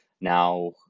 Now